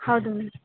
ಹೌದು ಮ್ಯಾಮ್